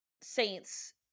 saints